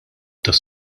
tas